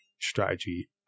strategy